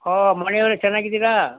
ಹೋ ಮಾದೇವ್ ಅವರೇ ಚೆನ್ನಾಗಿದ್ದೀರಾ